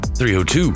302